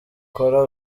cola